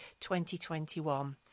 2021